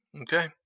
Okay